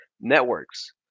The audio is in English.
networks